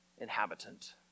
inhabitant